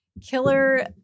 killer